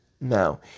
Now